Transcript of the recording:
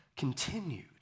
continued